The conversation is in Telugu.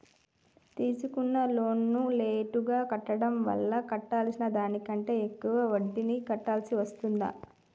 తీసుకున్న లోనును లేటుగా కట్టడం వల్ల కట్టాల్సిన దానికంటే ఎక్కువ వడ్డీని కట్టాల్సి వస్తదా?